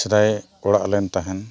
ᱥᱮᱫᱟᱭ ᱚᱲᱟᱜ ᱞᱮᱱ ᱛᱟᱦᱮᱱ